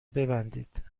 ببندید